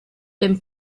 dem